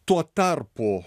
tuo tarpu